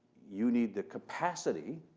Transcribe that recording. you need the capacity